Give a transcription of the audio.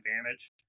advantage